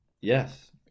yes